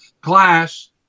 class